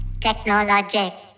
technologic